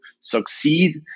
succeed